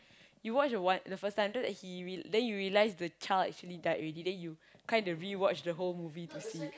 you watch the one the first time then after that he then you realise the child actually died already then you kind of rewatch the whole movie to see